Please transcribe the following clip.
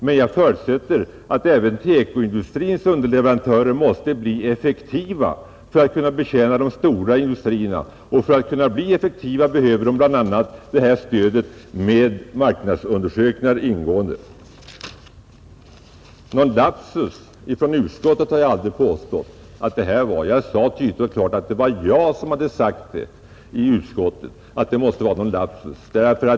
Men jag förutsätter att även TEKO-industrins underleverantörer måste bli effektiva för att kunna betjäna de stora industrierna, och för att bli effektiva behöver de bl.a. stödet av ingående marknadsundersökningar. Sedan har jag aldrig påstått att detta är en lapsus av utskottet, utan jag sade tydligt och klart att det var jag som sagt i utskottet att det måste vara en lapsus.